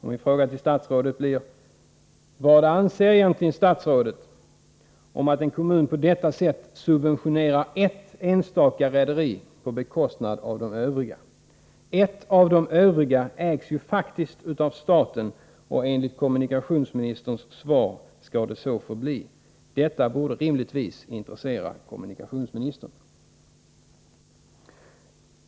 Min fråga till statsrådet blir: Vad anser statsrådet om att en kommun på detta sätt subventionerar ett enstaka rederi på bekostnad av de övriga? Ett av de övriga ägs ju faktiskt av staten, och enligt kommunikationsministerns svar skall det så förbli. Denna sak borde rimligtvis intressera kommunikationsministern.